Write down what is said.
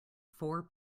four